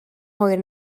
hwyr